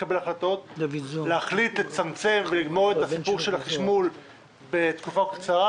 לקבל החלטות לצמצם ולגמור את סיפור החשמול בתקופה כל כך קצרה.